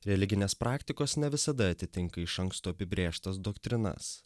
religinės praktikos ne visada atitinka iš anksto apibrėžtas doktrinas